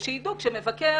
יש לנו היום מבקר